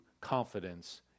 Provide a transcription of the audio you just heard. confidence